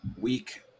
week